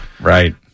Right